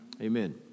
Amen